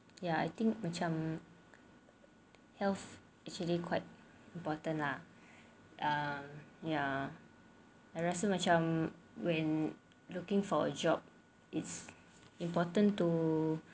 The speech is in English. ya I think macam health actually quite important lah um ya I rasa macam when looking for a job it's important to